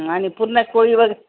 आणि पुरणपोळी वग